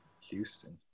Houston